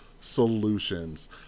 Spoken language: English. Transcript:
solutions